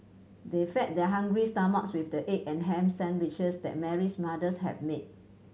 they fed their hungry stomachs with the egg and ham sandwiches that Mary's mothers had made